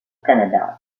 canada